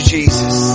Jesus